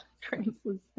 Translucent